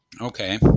Okay